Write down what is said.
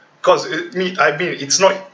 cause it me~ I mean it's not